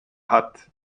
hat